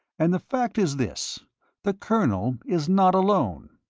and the fact is this the colonel is not alone.